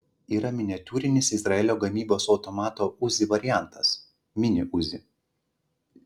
yra miniatiūrinis izraelio gamybos automato uzi variantas mini uzi